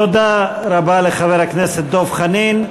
תודה רבה לחבר הכנסת דב חנין.